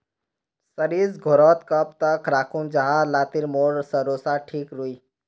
सरिस घोरोत कब तक राखुम जाहा लात्तिर मोर सरोसा ठिक रुई?